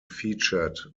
featured